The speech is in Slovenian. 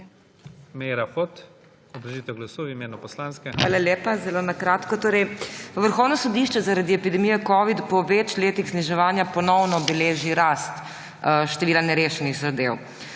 Vrhovno sodišče zaradi epidemije covida po več letih zniževanja ponovno beleži rast števila nerešenih zadev.